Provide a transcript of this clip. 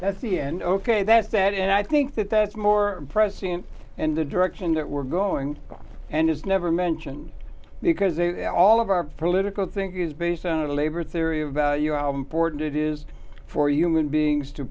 that's the end ok that's that and i think that that's more prescient and the direction that we're going and is never mentioned because they all of our political thinking is based on a labor theory of value our important it is for human beings to